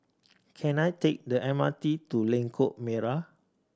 can I take the M R T to Lengkok Merak